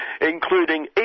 including